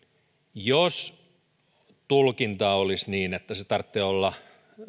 jos tulkinta olisi niin että sen tarvitsee olla